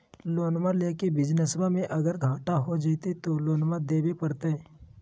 लोनमा लेके बिजनसबा मे अगर घाटा हो जयते तो लोनमा देवे परते?